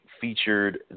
featured